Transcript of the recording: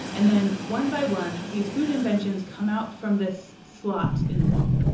and then one by one, these food inventions come out from this slot in the wall